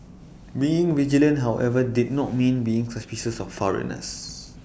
being vigilant however did not mean being suspicious of foreigners